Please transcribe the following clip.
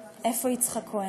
איפה יצחק כהן?